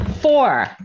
Four